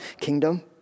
kingdom